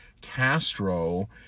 Castro